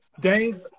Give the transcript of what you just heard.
Dave